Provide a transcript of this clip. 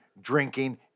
drinking